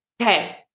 okay